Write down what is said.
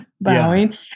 bowing